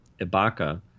Ibaka